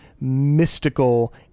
mystical